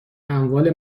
اموال